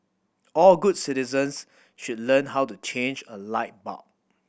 all good citizens should learn how to change a light bulb